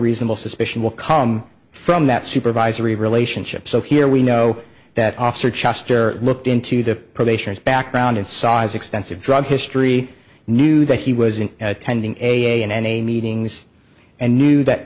reasonable suspicion will come from that supervisory relationship so here we know that officer chester looked into the probationers background and saw as extensive drug history knew that he was in at tending a and a meetings and knew that